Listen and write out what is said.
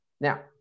Now